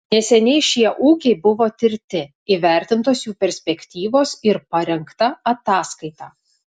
neseniai šie ūkiai buvo tirti įvertintos jų perspektyvos ir parengta ataskaita